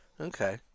okay